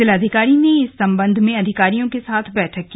जिलाधिकारी ने इस संबंध में अधिकारियों के साथ बैठक की